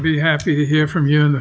be happy to hear from you